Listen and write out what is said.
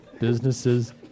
businesses